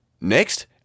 Next